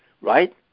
Right